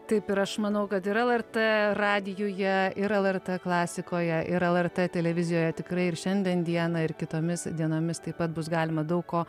taip ir aš manau kad ir lrt radijuje ir lrt klasikoje ir lrt televizijoje tikrai ir šiandien dieną ir kitomis dienomis taip pat bus galima daug ko